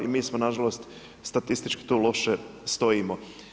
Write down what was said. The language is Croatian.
I mi na žalost statistički tu loše stojimo.